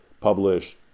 published